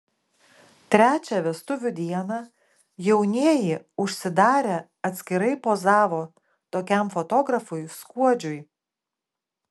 trečią vestuvių dieną jaunieji užsidarę atskirai pozavo tokiam fotografui skuodžiui